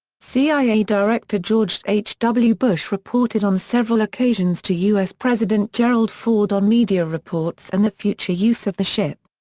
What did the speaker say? cia director george h. w. bush reported on several occasions to u s. president gerald ford on media reports and the future use of the ship.